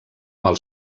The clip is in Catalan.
mal